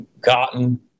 cotton